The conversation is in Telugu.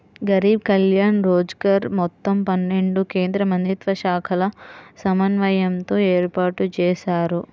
గరీబ్ కళ్యాణ్ రోజ్గర్ మొత్తం పన్నెండు కేంద్రమంత్రిత్వశాఖల సమన్వయంతో ఏర్పాటుజేశారు